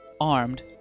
armed